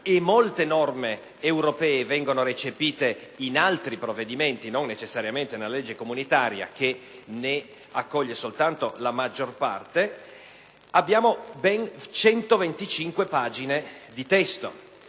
e molte norme europee vengono recepite in altri provvedimenti, non necessariamente nella legge comunitaria, che ne accoglie soltanto la maggior parte - vi sono ben 125 pagine di testo.